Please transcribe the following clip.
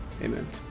Amen